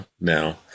now